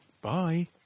Bye